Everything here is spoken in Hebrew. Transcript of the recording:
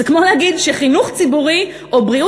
זה כמו להגיד שחינוך ציבורי או בריאות